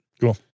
Cool